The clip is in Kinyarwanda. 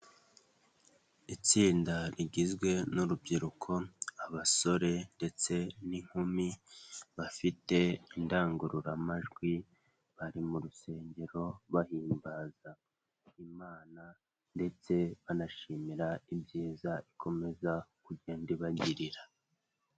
Itsinda rigizwe n'urubyiruko abasore ndetse n'inkumi bafite indangururamajwi bari mu rusengero bahimbaza imana ndetse banashimira ibyiza ikomeza kugenda ibagirira.